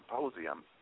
symposium